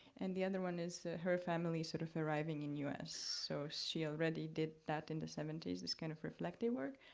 and the other one is her family sort of arriving in us so she already did that in the seventy s, this kind of reflective work.